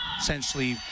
essentially